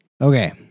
Okay